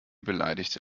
beleidigte